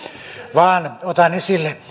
vaan otan esille